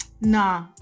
nah